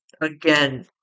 again